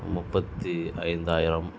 முப்பத்தி ஐந்தாயிரம்